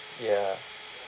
ya